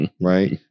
Right